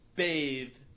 bathe